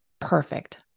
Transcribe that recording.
perfect